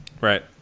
Right